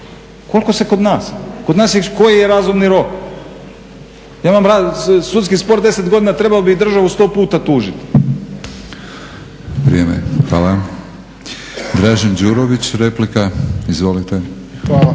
Koliko se kod nas, koji je razumni rok? Ja imam sudski spor 10 godina trebao bi državu 100 puta tužiti.